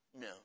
No